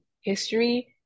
history